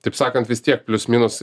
taip sakant vis tiek plius minus